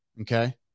okay